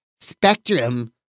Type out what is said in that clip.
spectrum